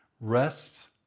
rests